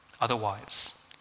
Otherwise